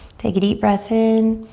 take a deep breath in.